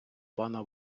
пана